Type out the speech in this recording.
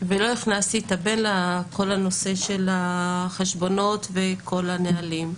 ולא הכנסתי את הבן לכל הנושא של החשבונות וכל הנהלים.